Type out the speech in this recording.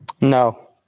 no